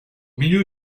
milieu